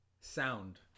sound